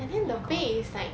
and then the pay is like